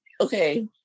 okay